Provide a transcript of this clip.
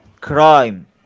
crime